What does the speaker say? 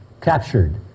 captured